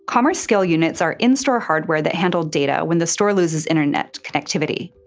commerce scale units are in-store hardware that handled data when the store loses internet connectivity.